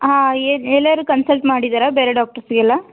ಹಾಂ ಎಲ್ಲಾದ್ರು ಕನ್ಸಲ್ಟ್ ಮಾಡಿದ್ದೀರಾ ಬೇರೆ ಡಾಕ್ಟ್ರಸ್ಗೆಲ್ಲ